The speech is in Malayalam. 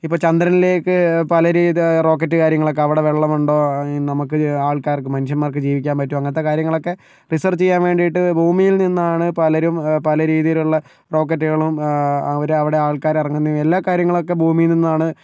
ഇപ്പോൾ ചന്ദ്രനിലേക്ക് പലരും ഇത് റോക്കറ്റ് കാര്യങ്ങളൊക്കെ അവിടെ വെള്ളം ഉണ്ടോ നമുക്ക് ആൾക്കാർക്ക് മനുഷ്യന്മാർക്ക് ജീവിക്കാൻ പറ്റുമോ അങ്ങനത്തെ കാര്യങ്ങളൊക്കെ റിസർച്ച് ചെയ്യാൻ വേണ്ടിയിട്ട് ഭൂമിയിൽ നിന്നാണ് പലരും പലരീതിയിലുള്ള റോക്കറ്റുകളും അവരവിടെ ആൾക്കാർ ഇറങ്ങുന്നതും എല്ലാ കാര്യങ്ങളൊക്കെ ഭൂമിയിൽ നിന്നാണ്